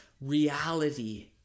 reality